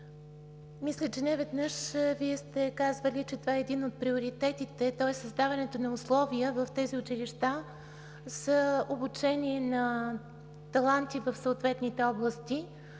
Мисля, че неведнъж Вие сте казвали, че това е един от приоритетите, тоест създаването на условия в тези училища за обучение на таланти в съответните области.